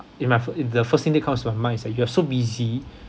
in my in the first thing that comes to my mind is that you're so busy